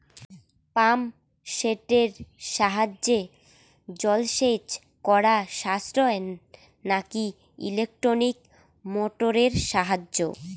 Pump সেটের সাহায্যে জলসেচ করা সাশ্রয় নাকি ইলেকট্রনিক মোটরের সাহায্যে?